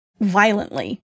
violently